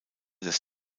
des